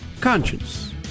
Conscience